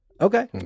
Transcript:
Okay